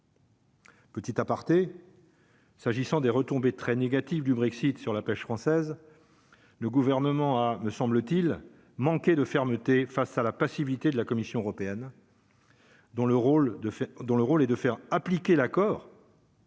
Petit aparté. S'agissant des retombées très négatives du Brexit sur la pêche française, le gouvernement a ne semble-t-il manqué de fermeté face à la passivité de la Commission européenne. Dans le rôle de fait dont le rôle est de faire appliquer l'accord.